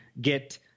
get